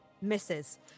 misses